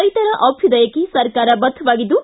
ರೈತರ ಅಭ್ಯದಯಕ್ಕೆ ಸರ್ಕಾರ ಬದ್ದವಾಗಿದ್ದು